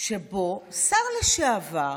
שבו שר לשעבר